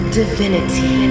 divinity